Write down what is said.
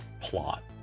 plot